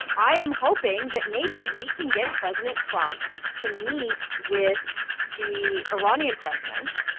i am hoping that maybe we can get president trump to meet with the iranian president,